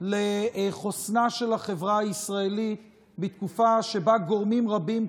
לחוסנה של החברה הישראלית בתקופה שבה גורמים רבים,